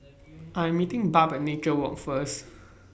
I'm meeting Barb At Nature Walk First